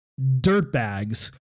dirtbags